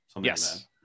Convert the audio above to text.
yes